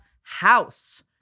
House